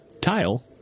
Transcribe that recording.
Tile